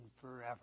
forever